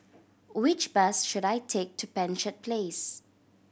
which bus should I take to Penshurst Place